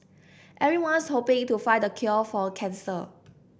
everyone's hoping to find the cure for cancer